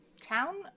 town